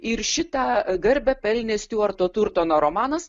ir šitą garbę pelnė stiuarto turtono romanas